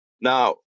Now